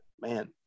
man